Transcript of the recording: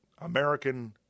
American